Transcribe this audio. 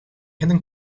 hidden